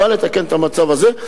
בא לתקן את המצב הזה,